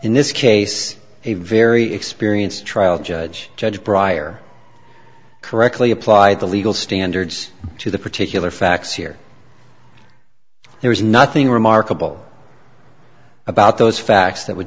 in this case a very experienced trial judge judge bryer correctly applied the legal standards to the particular facts here there is nothing remarkable about those facts that would